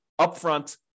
upfront